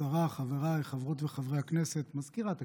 השרה, חבריי חברות וחברי הכנסת, מזכירת הכנסת,